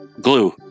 Glue